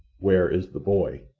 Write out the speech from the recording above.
where is the boy?